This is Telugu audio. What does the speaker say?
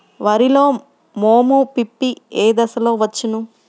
వరిలో మోము పిప్పి ఏ దశలో వచ్చును?